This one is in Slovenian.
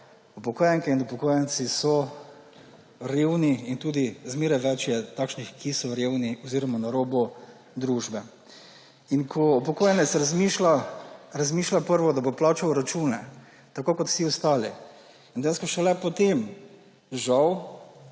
upokojenke in upokojenci so revni in tudi zmeraj več je takšnih, ki so revni oziroma na robu družbe. Ko upokojenec razmišlja, najprej razmišlja, da bo plačal račune, tako kot vsi ostali, šele potem, žal,